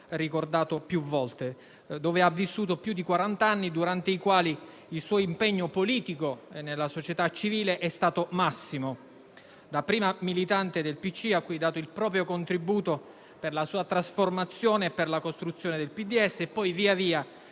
ricordato più volte.